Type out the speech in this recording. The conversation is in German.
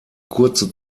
kurze